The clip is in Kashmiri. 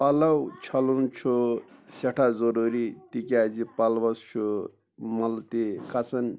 پَلو چھلُن چھُ سٮ۪ٹھاہ ضروٗری تِکیازِ پَلوس چھُ مل تہِ کھسان